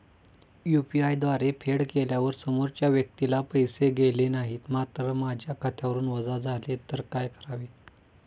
UPI द्वारे फेड केल्यावर समोरच्या व्यक्तीला पैसे गेले नाहीत मात्र माझ्या खात्यावरून वजा झाले तर काय करावे?